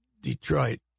Detroit